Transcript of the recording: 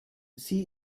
sie